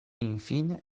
infine